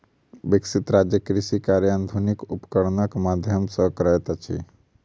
विकसित राज्य कृषि कार्य आधुनिक उपकरणक माध्यम सॅ करैत अछि